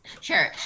Sure